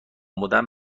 بودم